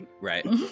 Right